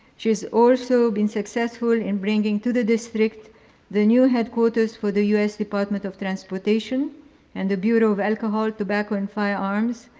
she has also been successful in bringing to the district the new headquarters for the u s. department of transportation and the bureau of alcohol, tobacco, and firearms,